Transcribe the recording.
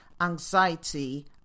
anxiety